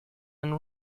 and